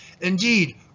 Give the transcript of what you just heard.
Indeed